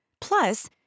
Plus